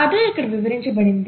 అదే ఇక్కడ వివరించబడింది